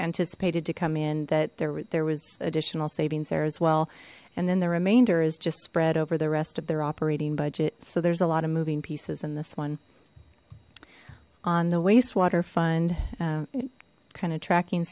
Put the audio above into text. anticipated to come in that there were there was additional savings there as well and then the remainder is just spread over the rest of their operating budget so there's a lot of moving pieces in this one on the wastewater fund kind of tracking